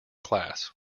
class